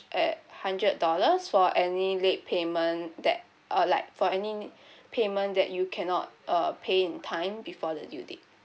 at hundred dollars for any late payment that err like for any payment that you cannot uh pay in time before the due date